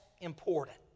important